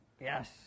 Yes